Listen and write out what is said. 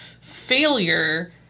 failure